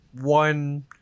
one